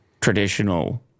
traditional